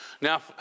Now